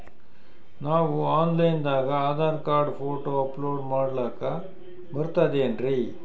ನಾವು online ದಾಗ Aadhaar card, photo upload ಮಾಡ್ಲಕ ಬರ್ತದೇನ್ರಿ?